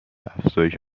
افزایش